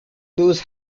lewis